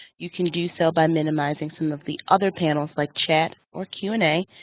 you can do so by minimizing some of the other panels like chat or q and a,